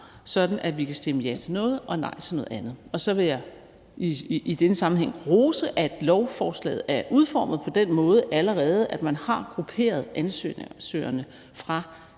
sådan at vi kan stemme ja til noget og nej til noget andet. Så vil jeg i den her sammenhæng rose, at lovforslaget er udformet på den måde, at man allerede har grupperet ansøgerne fra